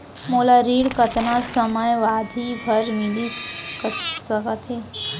मोला ऋण कतना समयावधि भर मिलिस सकत हे?